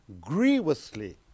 grievously